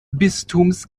bistums